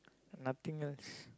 nothing else